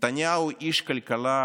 נתניהו הוא איש כלכלה,